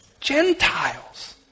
Gentiles